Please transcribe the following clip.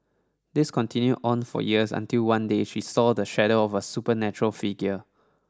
this continued on for years until one day she saw the shadow of a supernatural figure